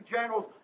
generals